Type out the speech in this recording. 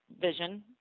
vision